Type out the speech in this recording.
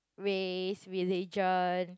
race religion